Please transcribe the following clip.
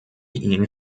ihnen